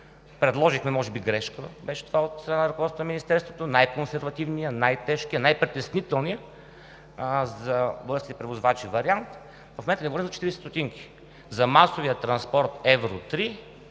Предложихме – може би беше грешка това от страна на ръководството на Министерството – най-консервативния, най-тежкия, най-притеснителния за българските превозвачи вариант. В момента Ви говоря за 40 ст. – за масовия транспорт Евро 3